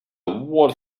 what